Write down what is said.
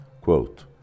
Quote